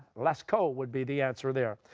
lascaux would be the answer there.